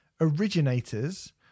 originators